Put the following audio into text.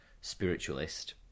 spiritualist